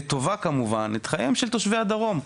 לטובה כמובן, את חייהם של תושבי הדרום.